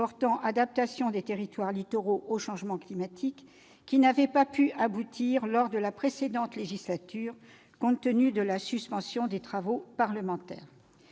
portant adaptation des territoires littoraux au changement climatique, qui n'avait pas pu aboutir lors de la précédente législature, compte tenu de la suspension des travaux parlementaires.